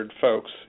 folks